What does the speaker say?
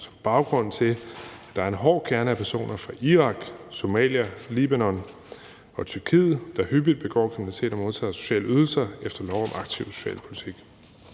som baggrund til, at der er en hård kerne af personer fra Irak, Somalia, Libanon og Tyrkiet, der hyppigt begår kriminalitet og modtager sociale ydelser efter lov om aktiv socialpolitik.